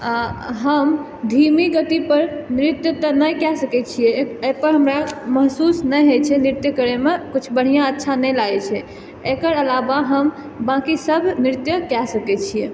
अऽ हम धीमी गति पर नृत्य तऽ नहि कऽ सकै छियै एहिपर हमरा महसूस नहि होइ छै नृत्य करैमे कुछ बढ़िआँ अच्छा नहि लागै छै एकर अलावा हम बाँकि सब नृत्यकऽ सकै छियै